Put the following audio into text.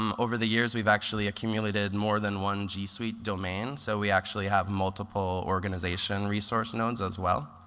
um over the years, we've actually accumulated more than one g suite domain, so we actually have multiple organization resource nodes as well.